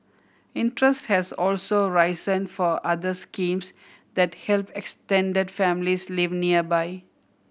interest has also risen for other schemes that help extended families live nearby